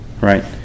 right